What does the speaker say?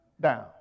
down